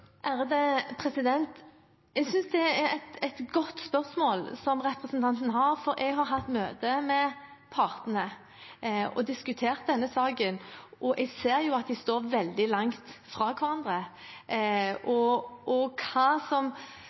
Jeg synes det er et godt spørsmål fra representanten, for jeg har hatt møte med partene og diskutert denne saken, og jeg ser at de står veldig langt fra hverandre.